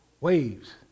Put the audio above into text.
waves